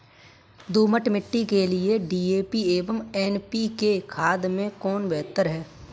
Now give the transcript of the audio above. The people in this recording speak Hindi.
दोमट मिट्टी के लिए डी.ए.पी एवं एन.पी.के खाद में कौन बेहतर है?